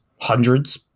Hundreds